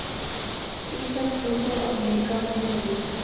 ई सब कुल त अमेरीका में चलेला